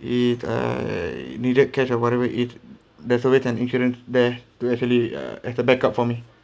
if err I needed cash or whatever it there's always an insurance there to actually uh as a backup for me